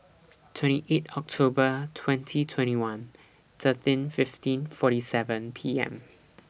twenty eight October twenty twenty one thirteen fifteen forty seven P M